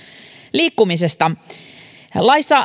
liikkumisesta laissa